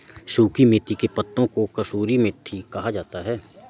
सुखी मेथी के पत्तों को कसूरी मेथी कहा जाता है